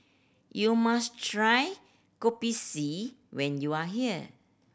you must try Kopi C when you are here